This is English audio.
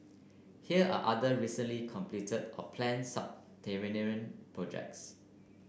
here are other recently completed or planned projects